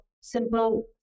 simple